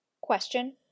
Question